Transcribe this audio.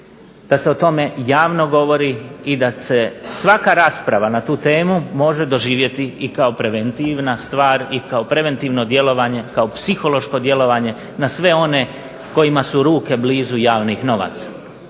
da se o tome javno govori i da se svaka rasprava na tu temu može doživjeti i kao preventivna stvar i kao preventivno djelovanje, kao psihološko djelovanje na sve one kojima su ruke blizu javnih novaca.